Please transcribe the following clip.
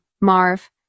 Marv